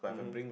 mmhmm